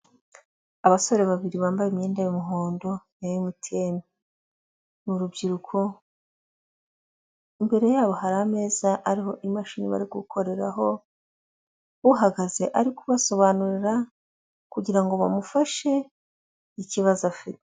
Abasore babiri bambaye imyenda y'umuhondo ya MTN. Ni urubyiruko, imbere yabo hari ameza ariho imashini bari gukoreraho, uhagaze ari kubasobanurira kugira ngo bamufashe ikibazo afite.